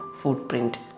footprint